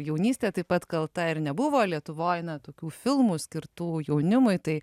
jaunystė taip pat kalta ir nebuvo lietuvoj na tokių filmų skirtų jaunimui tai